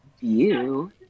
view